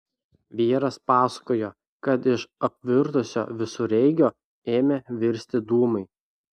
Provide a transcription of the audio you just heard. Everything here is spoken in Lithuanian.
vyras pasakojo kad iš apvirtusio visureigio ėmė virsti dūmai